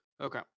okay